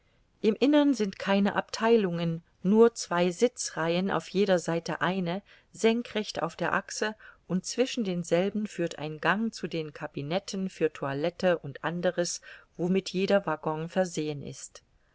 im innern sind keine abtheilungen nur zwei sitzreihen auf jeder seite eine senkrecht auf der achse und zwischen denselben führt ein gang zu den cabinetten für toilette u a womit jeder waggon versehen ist